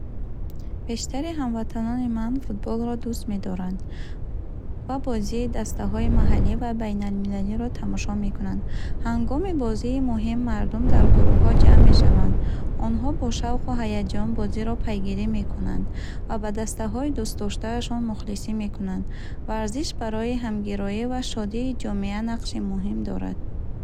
Бештари ҳамватанони ман футболро дӯст медоранд ва бозии дастаҳои маҳаллӣ ва байналмилалиро тамошо мекунанд. Ҳангоми бозии муҳим, мардум дар гурӯҳҳо ҷамъ мешаванд. Онҳо бо шавқу ҳаяҷон бозиро пайгирӣ мекунанд ва ба дастаҳои дӯстдоштаашон мухлисӣ мекунанд. Варзиш барои ҳамгироӣ ва шодии ҷомеа нақши муҳим дорад.